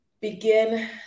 begin